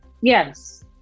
yes